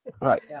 Right